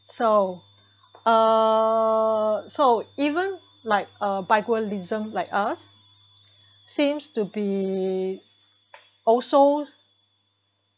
so uh so even like a bilingualism like us seems to be also